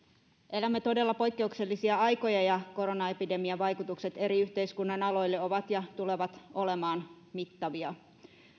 elämme todella poikkeuksellisia aikoja ja koronaepidemian vaikutukset eri yhteiskunnan aloille ovat ja tulevat olemaan mittavia